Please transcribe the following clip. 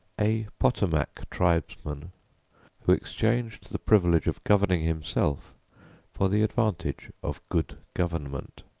a potomac tribesman who exchanged the privilege of governing himself for the advantage of good government.